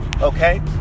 Okay